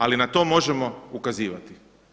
Ali na to možemo ukazivati.